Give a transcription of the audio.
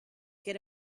get